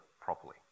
properly